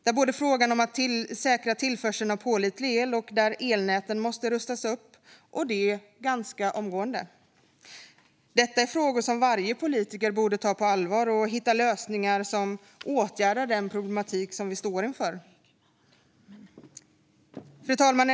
Det handlar om att om att säkra tillförseln av pålitlig el, och elnäten måste rustas upp och det ganska omgående. Detta är frågor som varje politiker borde ta på allvar för att hitta lösningar som åtgärdar den problematik vi står inför. Fru talman!